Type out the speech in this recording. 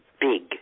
big